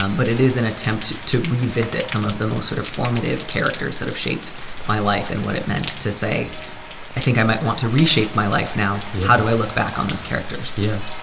um but it is an attempt to revisit some of the most sort of formative characters that have shaped my life and what it meant to say i think i might want to reshape my life now how do i look back on those characters? yeah.